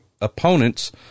opponents